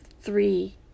Three